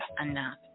enough